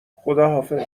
خداحافظ